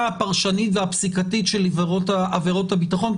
הפרשנית והפסיקתית של עבירות הביטחון.